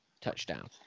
touchdown